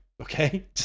okay